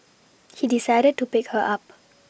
he decided to pick her up